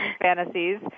Fantasies